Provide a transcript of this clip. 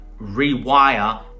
rewire